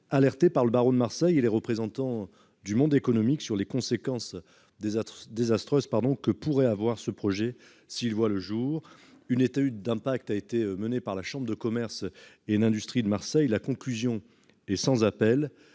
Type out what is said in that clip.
alertés par le barreau de Marseille et les représentants du monde économique sur les conséquences désastreuses que pourrait avoir ce projet s'il voyait le jour. Une étude d'impact a été menée par la chambre de commerce et d'industrie de Marseille. La conclusion est sans appel